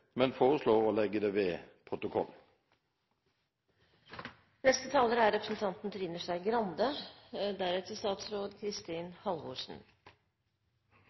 men foreslår å legge det ved